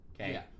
okay